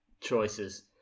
choices